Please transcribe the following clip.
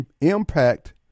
Impact